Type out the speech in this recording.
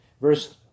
Verse